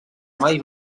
mai